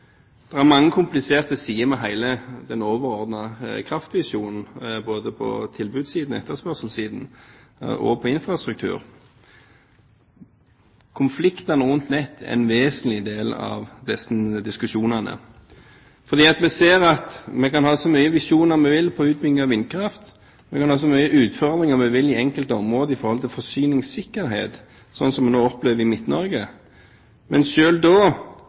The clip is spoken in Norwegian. er en viktig del av dette. Det er mange kompliserte sider ved hele den overordnede kraftvisjonen, både på tilbudssiden, på etterspørselssiden og på infrastruktur. Konfliktene rundt nett er en vesentlig del av disse diskusjonene. For vi ser at vi kan ha så mange visjoner vi vil om utbygging av vindkraft, vi kan ha så mange utfordringer vi vil når det gjelder forsyningssikkerhet i